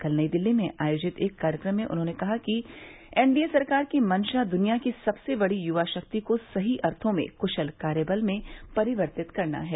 कल नई दिल्ली में आयोजित एक कार्यक्रम में उन्होंने कहा कि एनडीए सरकार की मंशा दुनिया की सबसे बड़ी युवा शक्ति को सही अर्थों में कुशल कार्यबल में परिवर्तित करना है